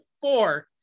four